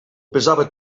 pesava